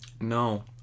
no